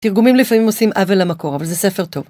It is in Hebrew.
תרגומים לפעמים עושים עוול למקור, אבל זה ספר טוב.